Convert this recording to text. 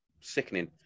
sickening